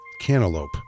cantaloupe